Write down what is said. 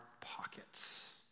pockets